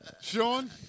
Sean